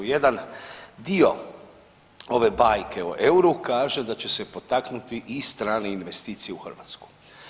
Jedan dio ove bajke o euru kaže da će se potaknuti i strane investicije u Hrvatsku.